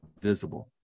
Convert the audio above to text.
visible